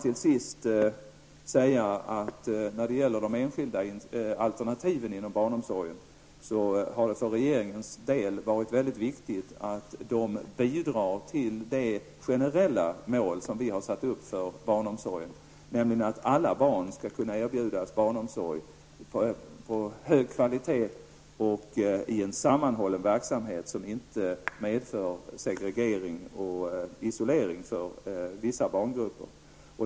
Till sist vill jag beträffande de enskilda alternativen inom barnomsorgen säga att det för regeringens del har varit mycket viktigt att de bidrar till de generella mål som vi har satt upp för barnomsorgen: att alla barn skall kunna erbjudas barnomsorg av hög kvalitet och i en sammanhållen verksamhet som inte medför segregering och isolering för vissa barngrupper.